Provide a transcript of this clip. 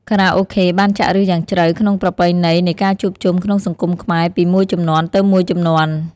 ខារ៉ាអូខេបានចាក់ឫសយ៉ាងជ្រៅក្នុងប្រពៃណីនៃការជួបជុំក្នុងសង្គមខ្មែរពីមួយជំនាន់ទៅមួយជំនាន់។